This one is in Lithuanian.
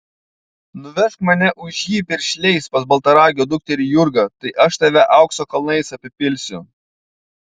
nuvežk mane už jį piršliais pas baltaragio dukterį jurgą tai aš tave aukso kalnais apipilsiu